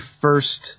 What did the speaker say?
first